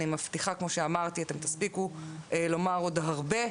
אני מבטיחה, כמו שאמרתי, שתספיקו לומר עוד הרבה.